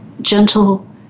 gentle